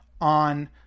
on